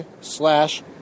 slash